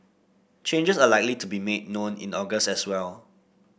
changes are likely to be made known in August as well